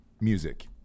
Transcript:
music